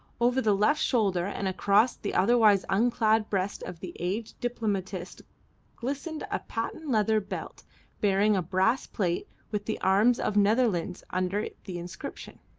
over the left shoulder and across the otherwise unclad breast of the aged diplomatist glistened a patent leather belt bearing a brass plate with the arms of netherlands under the inscription,